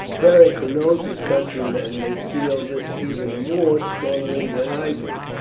beric, who knows his countrymen, may feel this even more strongly than i do,